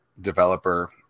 developer